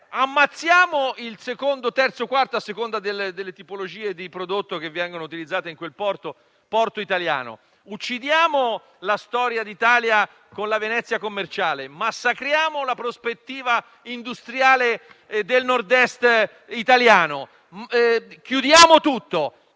ammazziamo il secondo, terzo o quarto - a seconda delle tipologie di prodotto lì utilizzate - porto italiano; uccidiamo la storia d'Italia con la Venezia commerciale; massacriamo la prospettiva industriale del Nord-Est italiano; chiudiamo tutto